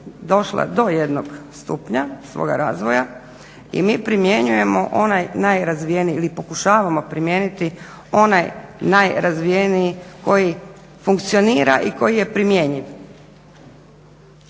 došla do jednog stupnja svoga razvoja i mi primjenjujemo onaj najrazvijeniji ili pokušavamo primijeniti onaj najrazvijeniji koji funkcionira i koji je primjenjiv.